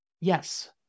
Yes